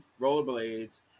rollerblades